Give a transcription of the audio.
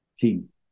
team